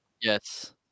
Yes